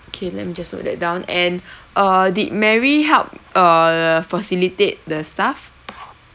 K let me just note that down and uh did mary help err facilitate the stuff